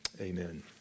amen